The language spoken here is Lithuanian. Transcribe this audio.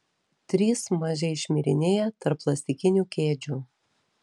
trys mažiai šmirinėja tarp plastikinių kėdžių